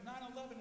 9-11